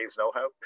know-how